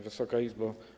Wysoka Izbo!